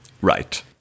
Right